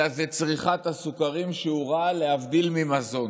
אלא צריכת הסוכרים, שהם רעל, להבדיל ממזון.